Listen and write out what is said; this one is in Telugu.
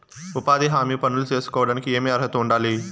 ఉపాధి హామీ పనులు సేసుకోవడానికి ఏమి అర్హత ఉండాలి?